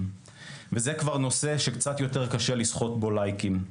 וזה כבר נושא שקצת יותר קשה לסחוט בו לייקים.